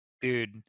Dude